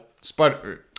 spider